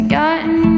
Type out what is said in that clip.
gotten